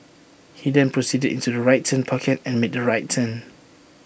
he then proceeded into the right turn pocket and made the right turn